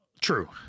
True